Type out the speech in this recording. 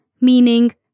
meaning